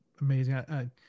amazing